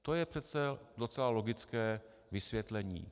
To je přece docela logické vysvětlení.